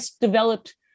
developed